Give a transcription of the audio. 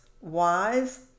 wise